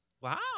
Wow